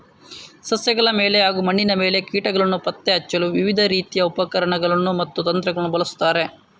ಸಸ್ಯಗಳ ಮೇಲೆ ಹಾಗೂ ಮಣ್ಣಿನ ಮೇಲೆ ಕೀಟಗಳನ್ನು ಪತ್ತೆ ಹಚ್ಚಲು ವಿವಿಧ ರೀತಿಯ ಉಪಕರಣಗಳನ್ನು ಹಾಗೂ ತಂತ್ರಗಳನ್ನು ಬಳಸುತ್ತಾರೆ